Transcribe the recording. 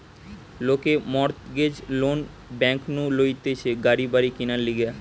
লোকে mortgage loan bank নু লইতেছে গাড়ি বাড়ি কিনার লিগে